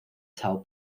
são